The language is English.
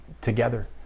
together